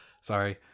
Sorry